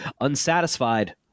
Unsatisfied